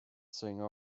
singer